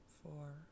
four